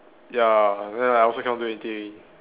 ya then I like also cannot do anything